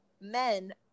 men